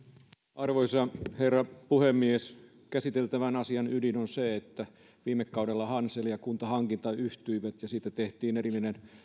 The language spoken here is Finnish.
arvoisa herra puhemies käsiteltävän asian ydin on se että viime kaudella hansel ja kuntahankinnat yhtyivät ja siitä tehtiin erillinen